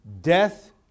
Death